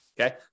Okay